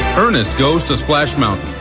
ernest goes to splash mountain.